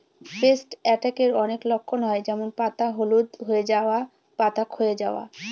paste অ্যাটাকের অনেক লক্ষণ হয় যেমন পাতা হলুদ হয়ে যাওয়া, পাতা ক্ষয়ে যাওয়া